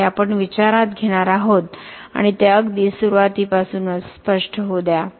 हे आपण विचारात घेणार आहोत आणि ते अगदी सुरुवातीपासूनच स्पष्ट होऊ द्या